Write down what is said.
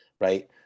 Right